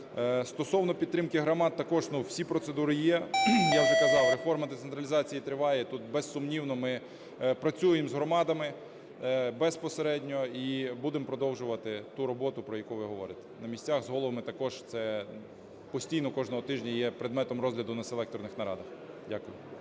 Стосовно підтримки громад, також всі процедури є. Я вже казав, реформа децентралізації триває, тут, безсумнівно, ми працюємо з громадами безпосередньо і будемо продовжувати ту роботу, про яку ви говорите, на місцях, з головами також. Це постійно кожного тижня є предметом розгляду на селекторних нарадах. Дякую.